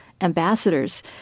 ambassadors